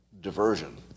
diversion